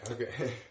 Okay